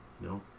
no